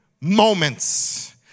moments